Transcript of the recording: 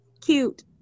cute